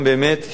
שיהיה ברור,